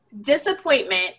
disappointment